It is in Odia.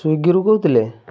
ସ୍ଵିଗିରୁ କହୁଥିଲେ